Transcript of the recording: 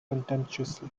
contemptuously